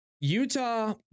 Utah